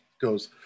goes